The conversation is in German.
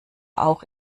auch